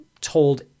told